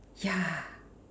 ya